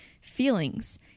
feelings